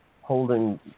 holding